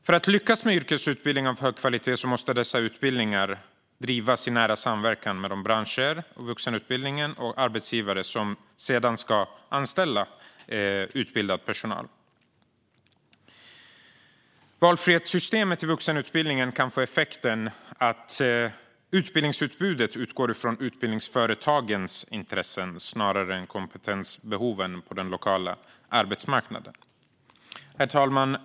För att lyckas med yrkesutbildning av hög kvalitet måste dessa utbildningar drivas i nära samverkan med vuxenutbildningen och de branscher och arbetsgivare som sedan ska anställa utbildad personal. Valfrihetssystemet i vuxenutbildningen kan få effekten att utbildningsutbudet utgår från utbildningsföretagens intressen snarare än kompetensbehoven på den lokala arbetsmarknaden. Herr talman!